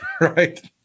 Right